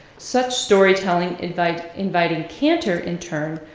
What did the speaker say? such storytelling invited invited kantor, in turn,